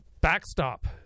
Backstop